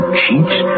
cheats